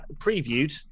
previewed